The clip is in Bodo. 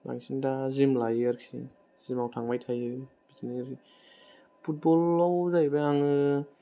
बांसिन दा जिम लायो आरोखि जिमाव थांबाय थायो बिदिनो फुतबलाव जाहैबाय आङो